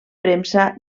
premsa